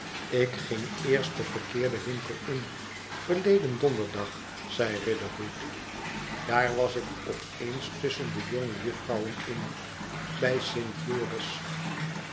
ik ging eerst den verkeerden winkel in verleden donderdag zei riderhood daar was ik op eenstusschen de jonge juffrouwen in bij st joris